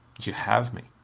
you have me.